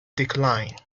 decline